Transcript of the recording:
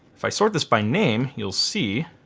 if i sort this by name, you'll see.